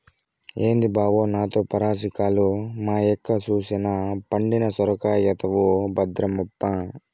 ఏంది బావో నాతో పరాసికాలు, మా యక్క సూసెనా పండిన సొరకాయైతవు భద్రమప్పా